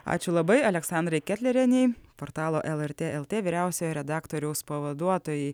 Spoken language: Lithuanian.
ačiū labai aleksandra ketlerienė portalo lrt lt vyriausiojo redaktoriaus pavaduotojai